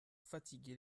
fatiguer